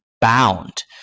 bound